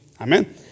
Amen